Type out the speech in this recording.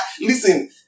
Listen